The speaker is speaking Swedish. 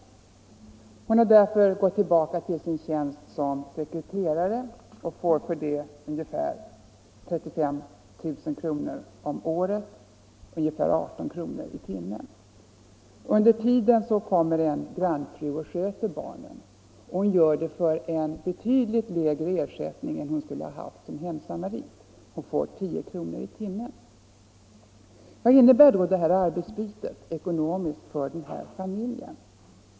Hustrun har därför gått tillbaka till sin tjänst som sekreterare och får för det ungefär 35 000 kr. om året, dvs. ungefär 18 kr. i timmen. Under tiden hon arbetar kommer en grannfru och sköter barnen. Hon gör det för en betydligt lägre ersättning än hon skulle haft som hemsamarit, hon får 10 kr. i timmen. Vad innebär då detta arbetsbyte ekonomiskt för den här familjen?